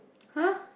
[huh]